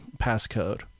passcode